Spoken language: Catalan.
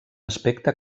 aspecte